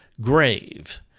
grave